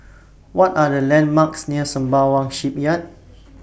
What Are The landmarks near Sembawang Shipyard